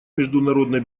международной